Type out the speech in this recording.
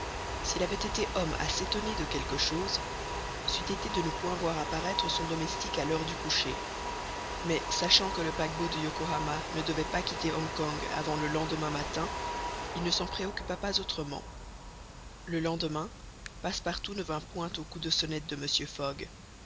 s'il avait été homme à s'étonner de quelque chose c'eût été de ne point voir apparaître son domestique à l'heure du coucher mais sachant que le paquebot de yokohama ne devait pas quitter hong kong avant le lendemain matin il ne s'en préoccupa pas autrement le lendemain passepartout ne vint point au coup de sonnette de mr fogg